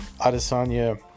Adesanya